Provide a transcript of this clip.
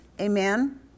Amen